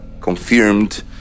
confirmed